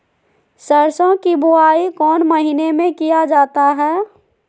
सरसो की बोआई कौन महीने में किया जाता है?